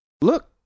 Look